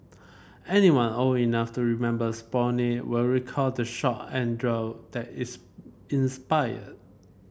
anyone old enough to remember Sputnik will recall the shock and that its inspired